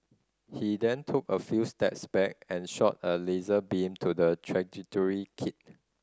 he then took a few steps back and shot a laser beam to the trajectory kit